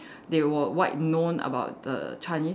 they were wide known about the Chinese